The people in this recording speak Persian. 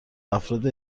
افراد